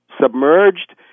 submerged